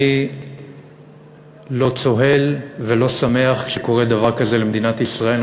אני לא צוהל ולא שמח שקורה דבר כזה למדינת ישראל.